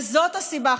וזאת הסיבה,